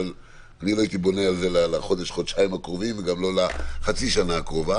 אבל לא הייתי בונה על זה לחודש-חודשיים הקרובים וגם לא לחצי השנה הקרובה